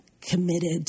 committed